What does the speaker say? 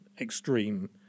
extreme